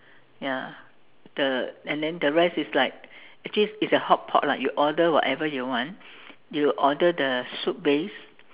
ya the and then rest is like actually it's a hotpot lah you order whatever you want you order the soup base